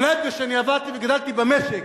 אולי מפני שאני עבדתי וגדלתי במשק,